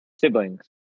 siblings